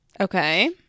Okay